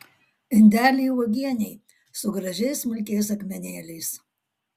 indelį uogienei su gražiais smulkiais akmenėliais